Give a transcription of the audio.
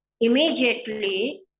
immediately